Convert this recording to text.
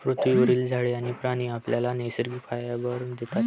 पृथ्वीवरील झाडे आणि प्राणी आपल्याला नैसर्गिक फायबर देतात